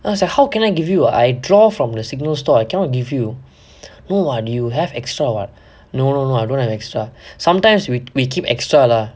I was like how can I give you ah I draw from the signal store I cannot give no what you have extra what no no no I don't have extra sometimes we we keep extra lah